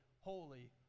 holy